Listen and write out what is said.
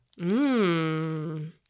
Mmm